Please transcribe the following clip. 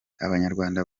abanyarwanda